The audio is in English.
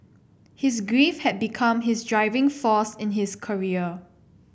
his grief had become his driving force in his career